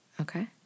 Okay